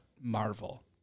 Marvel